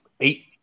Eight